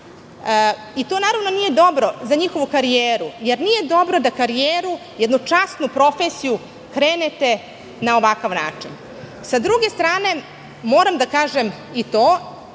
To, naravno, nije dobro za njihovu karijeru, jer nije dobro da karijeru, jednu časnu profesiju krenete na ovakav način. S druge strane moram da kažem i to